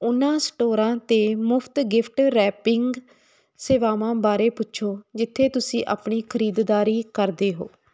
ਉਹਨਾਂ ਸਟੋਰਾਂ 'ਤੇ ਮੁਫ਼ਤ ਗਿਫਟ ਰੈਪਿੰਗ ਸੇਵਾਵਾਂ ਬਾਰੇ ਪੁੱਛੋ ਜਿੱਥੇ ਤੁਸੀਂ ਆਪਣੀ ਖ਼ਰੀਦਦਾਰੀ ਕਰਦੇ ਹੋ